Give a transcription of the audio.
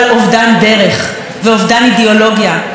הציבור מצפה מאיתנו לחלופה ברורה,